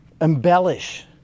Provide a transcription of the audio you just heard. embellish